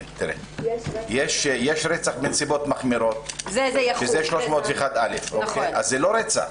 יש רצח בנסיבות מחמירות, זה 301א, אז זה לא רצח.